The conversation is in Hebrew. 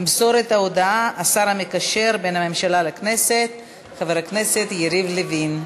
ימסור את ההודעה השר המקשר בין הממשלה לבין הכנסת חבר הכנסת יריב לוין.